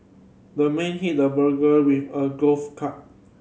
the man hit the burglar with a golf club